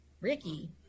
Ricky